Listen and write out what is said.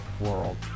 world